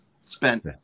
spent